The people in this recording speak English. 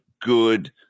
good